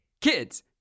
Kids